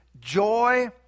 joy